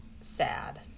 sad